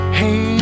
hey